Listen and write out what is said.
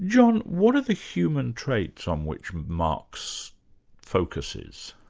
john, what are the human traits on which marx focuses?